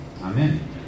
Amen